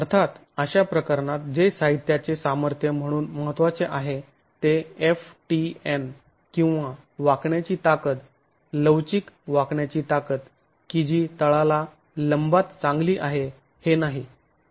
अर्थात अशा प्रकरणात जे साहित्याचे सामर्थ्य म्हणून महत्त्वाचे आहे ते ftn किंवा वाकण्याची ताकद लवचिक वाकण्याची ताकद की जी तळाला लंबात चांगली आहे हे नाही